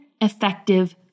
effective